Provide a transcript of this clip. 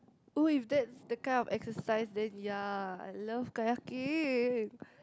oh if that's the kind of exercise then ya I love kayaking